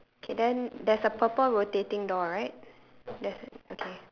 okay then there's a purple rotating door right there's okay